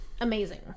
amazing